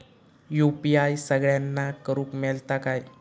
UPI सगळ्यांना करुक मेलता काय?